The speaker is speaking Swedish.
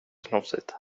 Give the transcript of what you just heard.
snofsigt